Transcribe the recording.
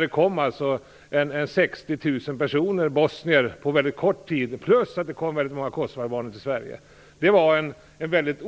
Det kom alltså 60 000 bosnier på mycket kort tid. Dessutom kom det väldigt många kosovoalbaner till Sverige. Det var en mycket